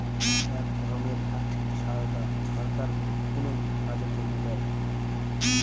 এক ধরনের আর্থিক সহায়তা সরকার কোনো কাজের জন্য দেয়